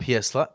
ps